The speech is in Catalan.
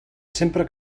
sempre